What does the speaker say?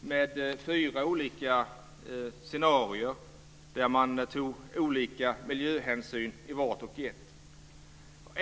med fyra olika scenarier där man tog olika miljöhänsyn i vart och ett.